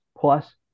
Plus